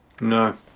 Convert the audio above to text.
No